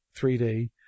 3D